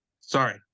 Sorry